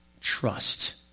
trust